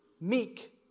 meek